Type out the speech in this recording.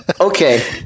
Okay